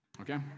Okay